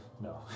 No